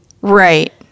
right